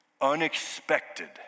unexpected